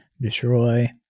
destroy